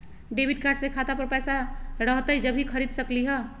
Debit card से खाता पर पैसा रहतई जब ही खरीद सकली ह?